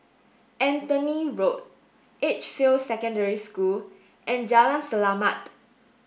Anthony Road Edgefield Secondary School and Jalan Selamat